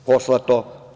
Poslato.